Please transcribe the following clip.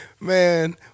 Man